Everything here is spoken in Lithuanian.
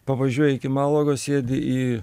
pavažiuoji iki malagos sėdi į